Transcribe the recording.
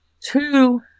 two